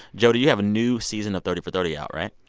jody, you have a new season of thirty for thirty out, right?